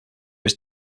was